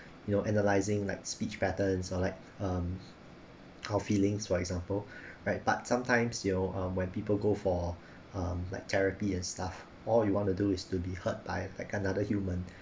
you know analysing like speech patterns or like um coffee links for example right but sometimes you know um when people go for um like therapy and stuff or all you want to do is to be heard by another human